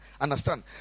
understand